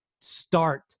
start